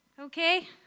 Okay